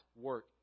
work